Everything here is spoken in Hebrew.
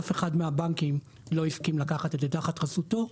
אף אחד מהבנקים לא הסכים לקחת את זה תחת חסותו.